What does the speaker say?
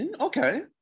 Okay